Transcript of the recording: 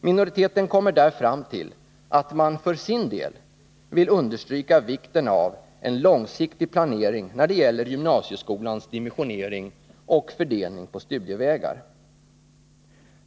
Minoriteten vill där för sin del understryka vikten av en långsiktig planering när det gäller gymnasieskolans dimensionering och fördelning på studievägar.